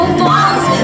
balls